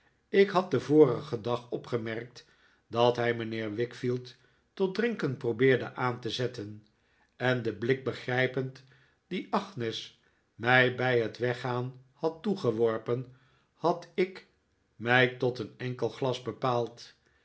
ik had den vorigen dag opgemerkt dat hij mijnheer wickfield tot drinken probeerde aan te zetten en den blik begrijpend dien agnes mij bij het weggaan had toegeworpen had ik mij tot een enkel glas bepaald